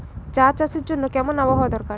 চা চাষের জন্য কেমন আবহাওয়া দরকার?